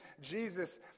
Jesus